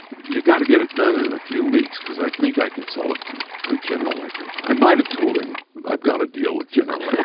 yeah got to get it done in a few weeks because i think i can sell it to to general electric. a i might have told him i've got a deal with general